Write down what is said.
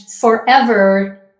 forever